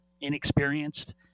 inexperienced